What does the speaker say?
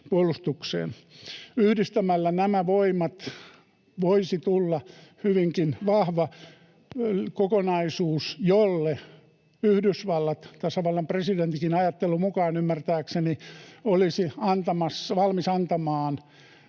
Yhdistämällä nämä voimat voisi tulla hyvinkin vahva kokonaisuus, jolle Yhdysvallat, tasavallan presidentinkin ajattelun mukaan, ymmärtääkseni, olisi valmis antamaan